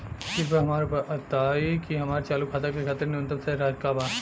कृपया हमरा बताइ कि हमार चालू खाता के खातिर न्यूनतम शेष राशि का बा